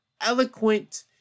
eloquent